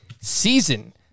season